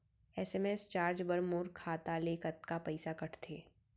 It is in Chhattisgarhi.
एस.एम.एस चार्ज बर मोर खाता ले कतका पइसा कटथे?